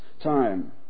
time